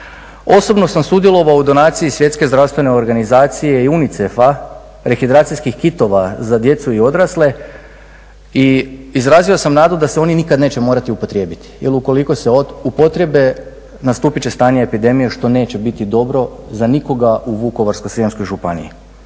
Osobno sam sudjelovao u donaciji Svjetske zdravstvene organizacije i UNICEF-a rehidracijskih kitova za djecu i odrasle i izrazio sam nadu da se oni nikad neće morati upotrijebiti. Jer ukoliko se upotrijebe nastupit će stanje epidemije što neće biti dobro za nikoga u Vukovarsko-srijemskoj županiji